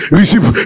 receive